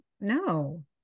no